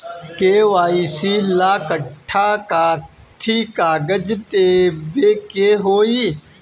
KYC ला कट्ठा कथी कागज देवे के होई?